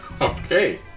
Okay